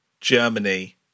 Germany